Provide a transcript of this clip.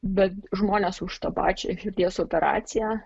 bet žmonės už tą pačią širdies operaciją